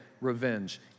revenge